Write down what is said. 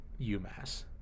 UMass